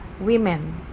women